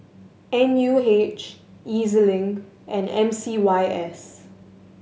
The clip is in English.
N U H E Z Link and M C Y S